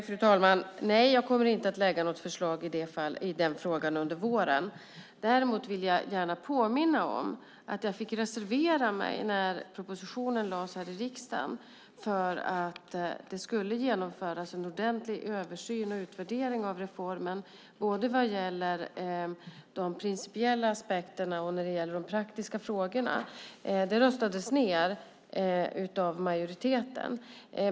Fru talman! Nej, jag kommer inte att lägga fram något förslag i den frågan under våren. Däremot vill jag gärna påminna om att jag fick reservera mig när propositionen lades fram här i riksdagen för att det skulle genomföras en ordentlig översyn och utvärdering av reformen, både när det gäller de principiella aspekterna och när det gäller de praktiska frågorna. Det röstades ned av majoriteten.